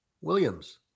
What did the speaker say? Williams